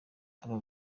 aba